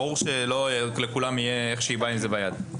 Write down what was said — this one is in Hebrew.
ברור שלא לכולם יהיה איך שהיא באה עם זה ביד.